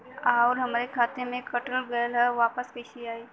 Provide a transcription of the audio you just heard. आऊर हमरे खाते से कट गैल ह वापस कैसे आई?